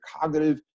cognitive